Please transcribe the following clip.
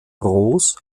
groß